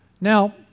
Now